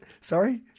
Sorry